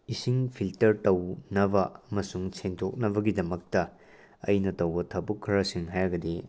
ꯏꯁꯤꯡ ꯐꯤꯜꯇꯔ ꯇꯧꯅꯕ ꯑꯃꯁꯨꯡ ꯁꯦꯡꯗꯣꯛꯅꯕꯒꯤꯗꯃꯛꯇ ꯑꯩꯅ ꯇꯧꯕ ꯊꯕꯛ ꯈꯔꯁꯤꯡ ꯍꯥꯏꯔꯒꯗꯤ